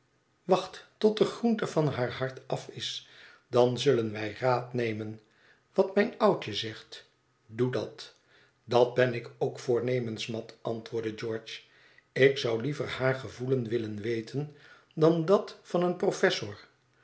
wacht tot dé groente van haar hart af is dan zullen wij raad nemen wat mijn oudje zegt doe dat dat ben ik ook voornemens mat antwoordt george ik zou liever haar gevoelen willen weten dan dat van een professor